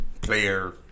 player